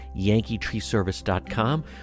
yankeetreeservice.com